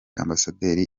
ambasaderi